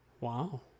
Wow